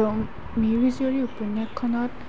জং মিৰি জীয়ৰী উপন্যাসখনত